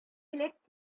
теләк